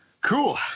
Cool